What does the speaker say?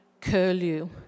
curlew